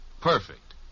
Perfect